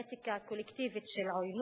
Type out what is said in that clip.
אתיקה קולקטיבית של עוינות,